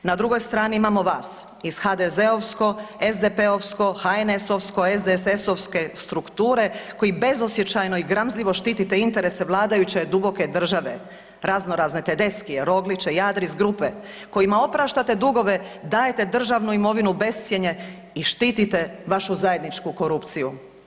Na drugoj strani imamo vas iz HDZ-ovsko, SDP-ovsko, HNS-ovsko, SDSS-ovske strukture koji bezosjećajno i gramzljivo štitite interese vladajuće duboke države, razno razne Tedeskije, Rogliće i Adris grupe kojima opraštate dugove, dajete državnu imovinu u bescjenje i štitite vašu zajedničku korupciju.